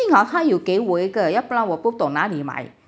幸好他有给我一个要不然我不懂里买